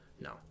No